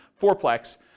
fourplex